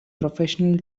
professional